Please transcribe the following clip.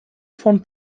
von